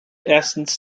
erstens